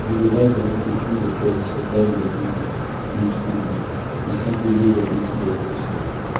j'ai de vagues inquiétudes auxquelles se mêlent les dégoûts les troubles les singuliers appétits de la grossesse